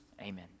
Amen